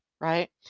right